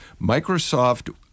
Microsoft